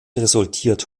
resultiert